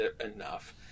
enough